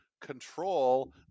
control